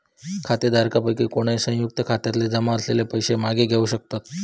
खातेधारकांपैकी कोणय, संयुक्त खात्यातले जमा असलेले पैशे मागे घेवक शकतत